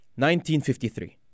1953